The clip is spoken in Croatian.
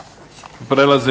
Prelazimo